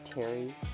Terry